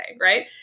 right